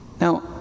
Now